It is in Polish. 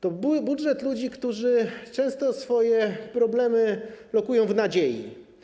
To budżet ludzi, którzy często swoje problemy lokują w nadziei.